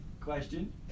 Question